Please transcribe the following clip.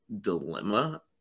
dilemma